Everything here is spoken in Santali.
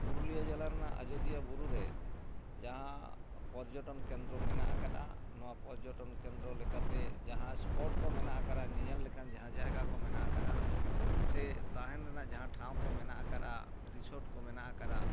ᱯᱩᱨᱩᱞᱤᱭᱟᱹ ᱡᱮᱞᱟᱨᱮᱱᱟᱜ ᱟᱡᱳᱫᱤᱭᱟᱹ ᱵᱩᱨᱩᱨᱮ ᱡᱟᱦᱟᱸ ᱯᱚᱨᱡᱚᱱᱴᱚᱱ ᱠᱮᱱᱫᱨᱚ ᱢᱟᱱᱟᱜ ᱠᱟᱫ ᱟ ᱱᱚᱣᱟ ᱯᱚᱨᱡᱚᱴᱚᱱ ᱠᱮᱱᱫᱨᱚ ᱞᱮᱠᱟᱛᱮ ᱡᱟᱦᱟᱸ ᱥᱯᱚᱴ ᱠᱚ ᱢᱮᱱᱟᱜ ᱠᱟᱫᱟ ᱧᱮᱧᱮᱞ ᱞᱮᱠᱟᱱ ᱡᱟᱦᱟᱸ ᱡᱟᱭᱜᱟ ᱠᱚ ᱢᱮᱱᱟᱜ ᱠᱟᱫᱟ ᱥᱮ ᱛᱟᱦᱮᱱ ᱨᱮᱱᱟᱜ ᱡᱟᱦᱟᱸ ᱴᱷᱟᱶ ᱠᱚ ᱢᱮᱱᱟᱜ ᱠᱟᱜᱼᱟ ᱨᱤᱥᱚᱴ ᱠᱚ ᱢᱮᱱᱟᱜ ᱠᱟᱫ ᱟ